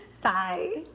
Bye